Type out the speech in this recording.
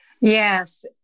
Yes